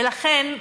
ולכן,